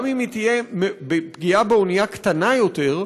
גם אם היה תהיה פגיעה באונייה קטנה יותר,